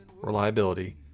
reliability